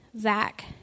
Zach